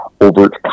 overt